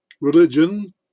religion